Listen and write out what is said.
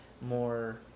more